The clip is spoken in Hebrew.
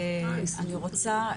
אני רוצה,